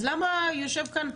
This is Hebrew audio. אז למה יושב כאן,